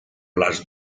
las